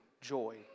joy